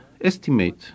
estimate